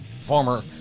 former